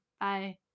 Bye